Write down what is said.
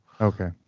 Okay